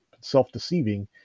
self-deceiving